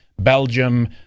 Belgium